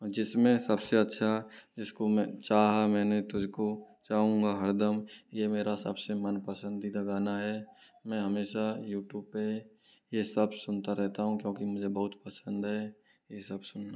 जिस में सब से अच्छा जिस को मैं चाहा मैंने तुझ को चाहूँगा हर दम ये मेरा सब से मन पसंदीदा गाना है मैं हमेशा यूट्यूब पर ये सब सुनता रहता हूँ क्योंकि मुझे बहुत पसंद है ये सब सुनना